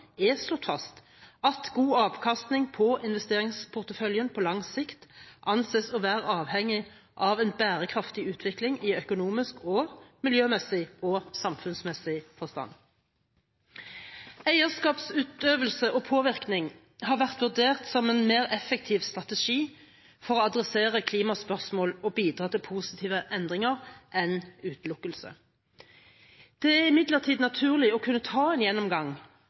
er slått fast at god avkastning på investeringsporteføljen på lang sikt anses å være avhengig av en bærekraftig utvikling i økonomisk, miljømessig og samfunnsmessig forstand. Eierskapsutøvelse og påvirkning har vært vurdert som en mer effektiv strategi for å adressere klimaspørsmål og bidra til positive endringer enn utelukkelse. Det er imidlertid naturlig å kunne ta en gjennomgang